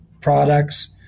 products